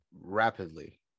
rapidly